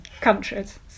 countries